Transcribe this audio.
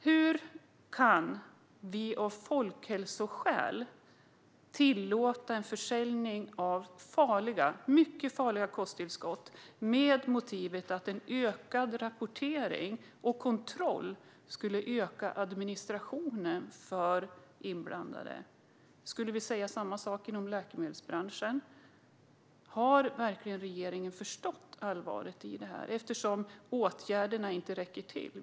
Hur kan vi av folkhälsoskäl tillåta en försäljning av mycket farliga kosttillskott med motivet att en ökad rapportering och kontroll skulle öka administrationen för de inblandade? Skulle vi säga samma sak i läkemedelsbranschen? Har regeringen verkligen förstått allvaret i det här? Åtgärderna räcker inte till.